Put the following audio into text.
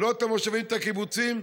את המושבים ואת הקיבוצים.